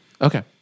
okay